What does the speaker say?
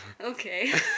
Okay